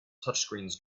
touchscreens